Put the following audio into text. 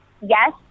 yes